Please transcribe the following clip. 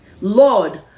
Lord